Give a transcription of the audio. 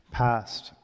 past